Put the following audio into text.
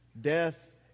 death